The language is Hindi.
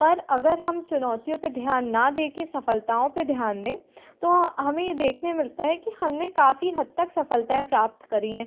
पर अगर हम चुनौतियों पर ध्यान ना देके सफलताओं पे ध्यान दें तो हमें ये देखने मिलता है कि हम ने काफ़ी हद तक सफलताऍं प्राप्त करी हैं